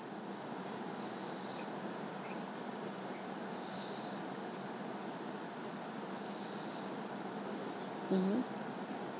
mmhmm